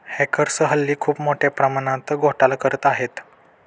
hackers हल्ली खूप मोठ्या प्रमाणात घोटाळा करत आहेत